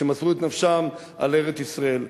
הם מסרו את נפשם על ארץ-ישראל.